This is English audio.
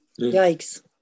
Yikes